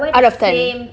out of ten